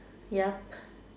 ya